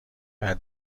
بعد